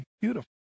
beautiful